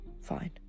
fine